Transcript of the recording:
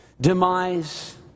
demise